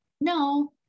no